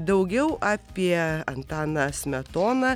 daugiau apie antaną smetoną